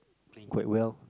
playing quite well